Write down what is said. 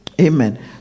Amen